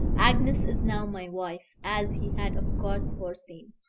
agnes is now my wife, as he had, of course, foreseen.